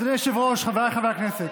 אדוני היושב-ראש, חבריי חברי הכנסת,